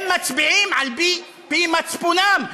הם מצביעים על-פי מצפונם,